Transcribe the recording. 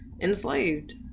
enslaved